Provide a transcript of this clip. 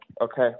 okay